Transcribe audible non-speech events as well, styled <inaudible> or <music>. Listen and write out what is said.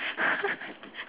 <laughs>